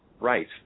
right